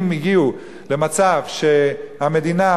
אם הגיעו למצב שהמדינה,